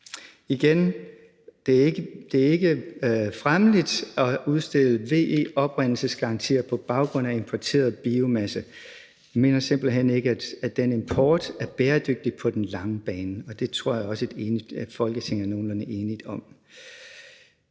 Det er igen ikke fremmeligt at udstede VE-oprindelsesgarantier på baggrund af importeret biomasse. Vi mener simpelt hen ikke, at den import er bæredygtig på den lange bane, og det tror jeg også at Folketinget er nogenlunde